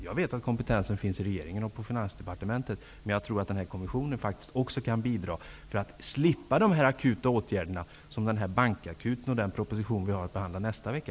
Jag vet att kompetensen finns i regeringen och på Finansdepartementet. Men jag tror att kommittén också kan bidra till att vi slipper de akuta åtgärder som skall tas upp av den s.k. bankakuten och som berörs i den proposition vi har att behandla nästa vecka.